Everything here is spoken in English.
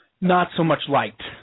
not-so-much-liked